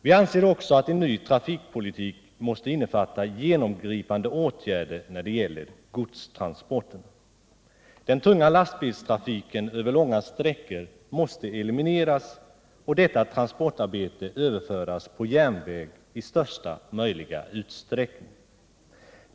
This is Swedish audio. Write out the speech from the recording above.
Vi anser också att en ny trafikpolitik måste innefatta genomgripande åtgärder när det gäller godstransporterna. Den tunga lastbilstrafiken över långa sträckor måste elimineras och detta transportarbete överföras på järnväg i största möjliga utsträckning.